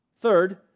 Third